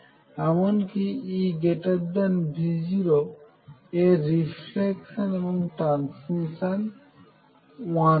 এমনকি EV0 এর জন্য রিফ্লেকশন হয় এবং ট্রান্সমিশন 1 নয়